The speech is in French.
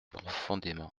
profondément